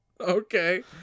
Okay